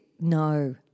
No